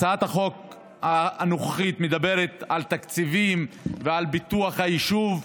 הצעת החוק הנוכחית מדברת על תקציבים ועל פיתוח היישוב,